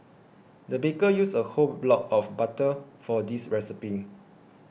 the baker used a whole block of butter for this recipe